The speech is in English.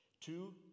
Two